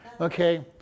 Okay